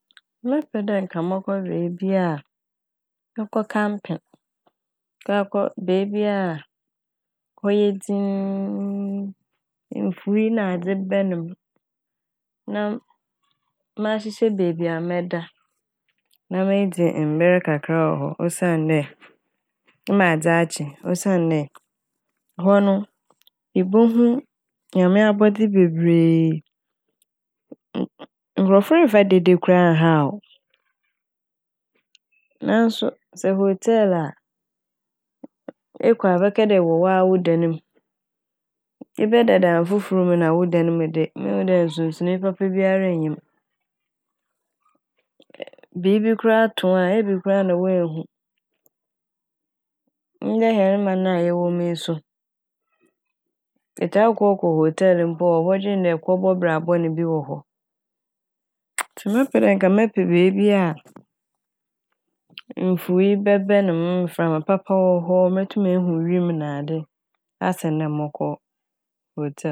Mɛpɛ dɛ nka mɔkɔ beebi a mɔkɔ "camping". Mɔkɔ akɔ beebi a hɔ yɛ dzinnnn, mfuwii nadze bɛn ne m' na a mahyehyɛ beebi a mɛda na medzi mber kakra wɔ hɔ osiandɛ mma adze akye osiandɛ hɔ no ibohu Nyame abɔdze bebree nn- nkorɔfo mmfa dede koraa nnhaaw wo. Naaso sɛ "hotel" a ekɔ a bɛkɛ dɛ ewɔ waa wo dan ne m'. Ebɛda dan fofor mu na wo dan mu de muhu dɛ nsonsonee papa biara nnyi m'. biibi koraa to wo a ebi koraa na woennhu. Ndɛ hɛn man a yɛwɔ mu yi so etaa kokɔ "hotel" mpo a wɔbɔdwen dɛ ekɔbɔ bra bɔn bi wɔ hɔ. Ntsi mɛpɛ dɛ nkɛ mɛpɛ beebi a mfuwii bɛbɛn ne m', mframa papa wɔ hɔ, motum mohu wimu nade asen dɛ mɔkɔ "hotel".